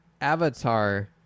Avatar